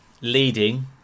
leading